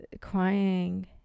crying